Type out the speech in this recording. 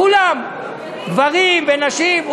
כולם, גברים ונשים.